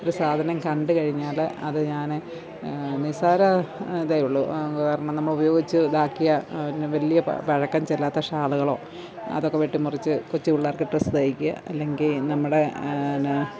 ഒരു സാധനം കണ്ടുകഴിഞ്ഞാല് അത് ഞാൻ നിസ്സാര ഇതേ ഉള്ളൂ കാരണം നമ്മൾ ഉപയോഗിച്ച് ഇതാക്കിയ വലിയ പ പഴക്കം ചെല്ലാത്ത ഷാളുകളോ അതൊക്കെ വെട്ടിമുറിച്ചു കൊച്ചു പിള്ളാർക്ക് ഡ്രെസ്സ് തയ്ക്കുക അല്ലെങ്കില് നമ്മുടെ പിന്നെ